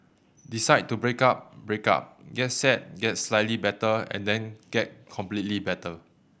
decide to break up break up get sad get slightly better and then get completely better